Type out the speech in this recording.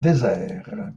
désert